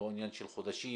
לא עניין של חודשים